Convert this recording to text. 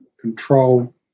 control